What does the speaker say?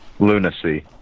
Lunacy